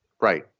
Right